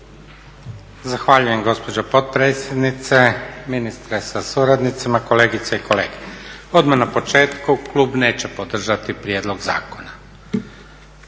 Zahvaljujem gospođo potpredsjednice, ministre sa suradnicima, kolegice i kolege. Odmah na početku klub neće podržati prijedlog zakona.